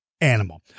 animal